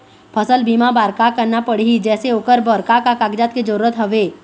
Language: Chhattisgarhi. फसल बीमा बार का करना पड़ही जैसे ओकर बर का का कागजात के जरूरत हवे?